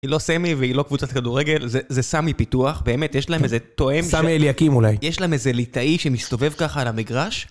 היא לא סמי והיא לא קבוצת כדורגל, זה סמי פיתוח, באמת, יש להם איזה תואם ש... סמי אליקים אולי. יש להם איזה ליטאי שמסתובב ככה על המגרש.